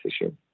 issue